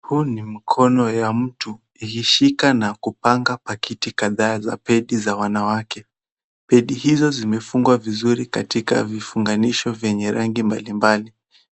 Huu ni mkono ya mtu ikishika na kupanga pakiti kadhaa za pedi za wanawake. Pedi hizo zimefungwa vizuri katika vifunganisho vya rangi mbali mbali,